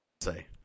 say